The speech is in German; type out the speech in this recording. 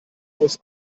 aus